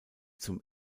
zum